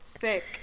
Sick